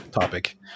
topic